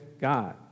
God